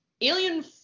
alien